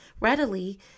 readily